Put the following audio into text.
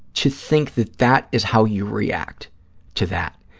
to think that that is how you react to that.